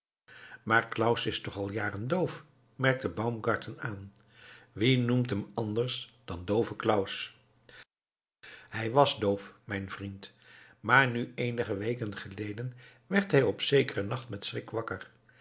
maar claus is toch al jaren doof merkte baumgarten aan wie noemt hem anders dan doove claus hij was doof mijn vriend maar nu eenige weken geleden werd hij op zekeren nacht met schrik wakker